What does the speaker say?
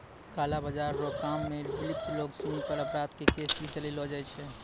काला बाजार रो काम मे लिप्त लोग सिनी पर अपराध के केस भी चलैलो जाय छै